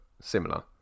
similar